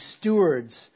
stewards